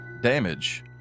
damage